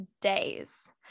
days